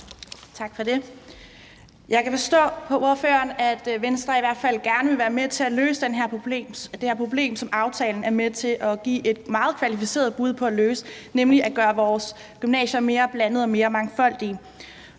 Tak for det. Jeg kan forstå på ordføreren, at Venstre i hvert fald gerne vil være med til at løse det her problem, som aftalen er med til at give et meget kvalificeret bud på at løse, nemlig at gøre vores gymnasier mere blandede og mere mangfoldige.